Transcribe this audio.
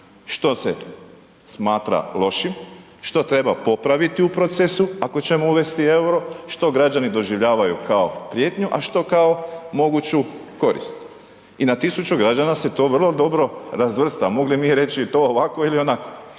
Što se smatra lošim, što treba popraviti u procesu ako ćemo uvesti euro, što građani doživljavaju kao prijetnju a što kao moguću korist. I na tisuću građana se to vrlo dobro razvrsta, mogli mi reći to ovako ili onako.